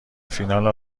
فینال